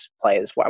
players